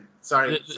Sorry